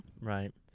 Right